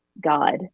God